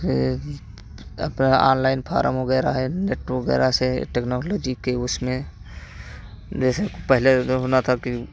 यह अपना online form वग़ैरह है नेट वग़ैरह से टेक्नोलॉजी के उसमें जैसे पहले होना था कि